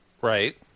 Right